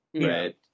right